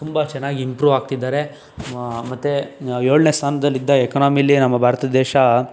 ತುಂಬ ಚೆನ್ನಾಗಿ ಇಂಪ್ರೂವ್ ಆಗ್ತಿದ್ದಾರೆ ಮತ್ತು ಏಳನೇ ಸ್ಥಾನದಲ್ಲಿದ್ದ ಎಕಾನೊಮಿಲಿ ನಮ್ಮ ಭಾರತ ದೇಶ